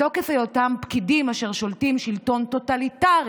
מתוקף היותם פקידים אשר שולטים שלטון טוטליטרי